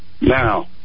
Now